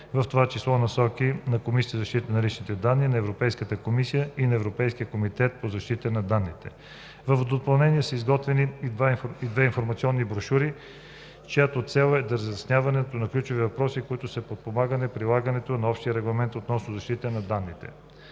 в това число насоки на КЗЛД, на Европейската комисия и на Европейския комитет по защита на данните. В допълнение са изготвени и две информационни брошури, чиято цел е разясняване на ключови въпроси, които да подпомогнат прилагането на Общия регламент относно защитата на данните.